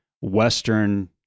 Western